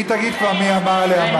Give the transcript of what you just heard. היא תגיד כבר מי אמר עליה מה.